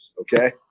okay